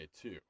two